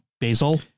basil